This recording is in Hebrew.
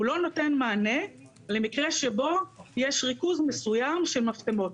הוא לא נותן מענה למקרה שבו יש ריכוז מסוים של מסתמות.